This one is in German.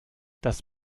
das